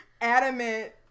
adamant